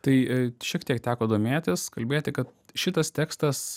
tai šiek tiek teko domėtis kalbėti kad šitas tekstas